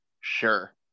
Sure